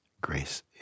grace